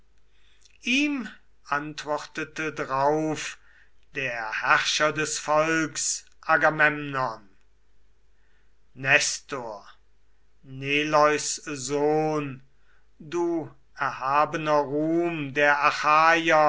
ihm antwortete drauf der herrscher des volks agamemnon nestor neleus sohn du erhabener ruhm der